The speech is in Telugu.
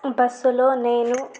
బస్సు లో నేను